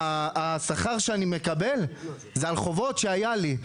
השכר שאני מקבל זה על חובות שהיו לי,